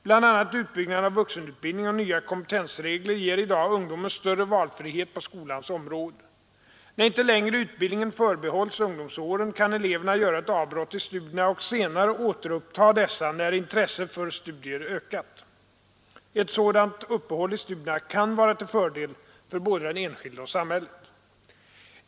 Bl.a. utbyggnaden av vuxenutbildning och nya kompetensregler ger i dag ungdomen större valfrihet på skolans område. När inte längre utbildningen förbehålls ungdomsåren, kan eleverna göra ett avbrott i studierna och senare återuppta dessa när intresset för studier ökat. Ett sådant uppehåll i studierna kan vara till fördel för både den enskilde och samhället.